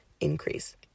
increase